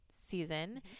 season